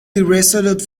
irresolute